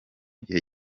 gihe